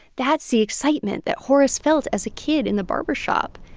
that's the excitement that horace felt as a kid in the barbershop.